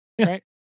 Right